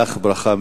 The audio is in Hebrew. לך ברכה מיוחדת.